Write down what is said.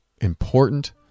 important